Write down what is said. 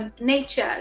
nature